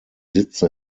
sitze